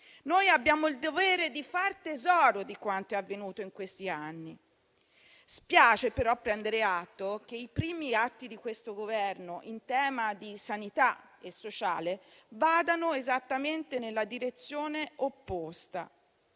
Abbiamo il dovere di far tesoro di quanto è avvenuto in questi anni. Spiace, però, prendere atto che i primi atti di questo Governo in tema sanitario e sociale vadano esattamente nella direzione opposta.